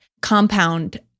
compound